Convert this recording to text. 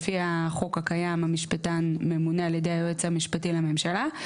לפי החוק הקיים המשפטן ממונה על ידי היועץ המשפטי לממשלה,